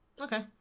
Okay